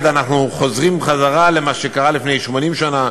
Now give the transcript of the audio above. אנחנו חוזרים למה שקרה לפני 80 שנה,